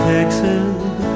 Texas